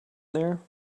there